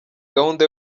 gahunda